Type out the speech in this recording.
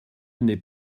n’est